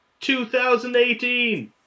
2018